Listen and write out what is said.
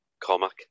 Cormac